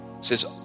says